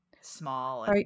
small